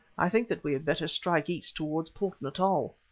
i think that we had better strike east towards port natal.